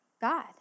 God